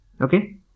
Okay